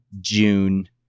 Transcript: June